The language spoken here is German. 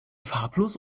farblos